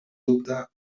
dubte